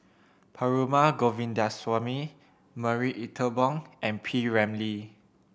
Perumal Govindaswamy Marie Ethel Bong and P Ramlee